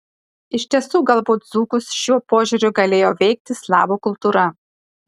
iš tiesų galbūt dzūkus šiuo požiūriu galėjo veikti slavų kultūra